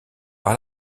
par